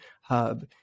hub